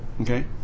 Okay